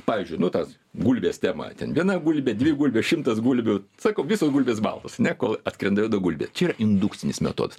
pavyzdžiui nu tas gulbės tema ten viena gulbė dvi gulbės šimtas gulbių sakau visos gulbės baltos ne kol atskrenda juoda gulbė čia yra indukcinis metodas